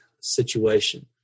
situation